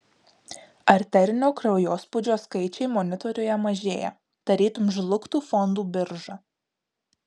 arterinio kraujospūdžio skaičiai monitoriuje mažėja tarytum žlugtų fondų birža